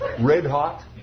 red-hot